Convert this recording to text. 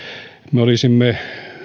me olisimme